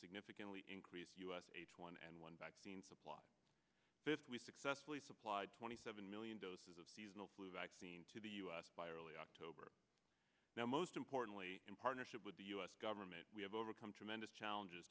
significantly increase u s a two thousand and one vaccine supply we successfully supplied twenty seven million doses of seasonal flu vaccine to the u s by early october now most importantly in partnership with the u s government we have overcome tremendous challenges